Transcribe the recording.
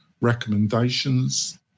recommendations